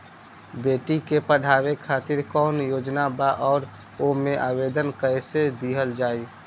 बेटी के पढ़ावें खातिर कौन योजना बा और ओ मे आवेदन कैसे दिहल जायी?